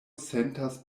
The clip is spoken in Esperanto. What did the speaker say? sentas